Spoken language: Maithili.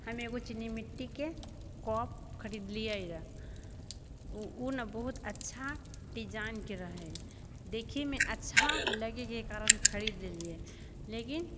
हम एगो चीनीमिट्टीके कप खरीदलियै रऽ उ ने बहुत अच्छा डिजाइनके रहै देखैमे अच्छा लगैके कारण खरीद लेलियै लेकिन